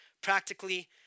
practically